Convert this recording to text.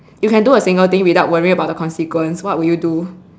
you can do a single thing without worrying about the consequence what will you do